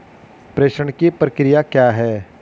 प्रेषण की प्रक्रिया क्या है?